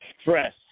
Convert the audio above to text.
stress